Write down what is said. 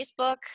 Facebook